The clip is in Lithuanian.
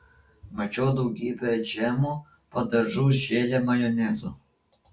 mačiau daugybę džemų padažų želė majonezo